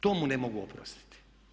To mu ne mogu oprostiti.